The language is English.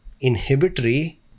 Inhibitory